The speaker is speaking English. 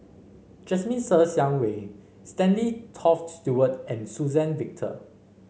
Jasmine Ser Xiang Wei Stanley Toft Stewart and Suzann Victor